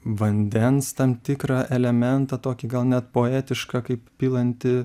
vandens tam tikrą elementą tokį gal net poetišką kaip pilantį